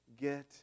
Get